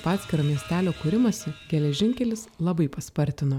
atskiro miestelio kūrimąsi geležinkelis labai paspartino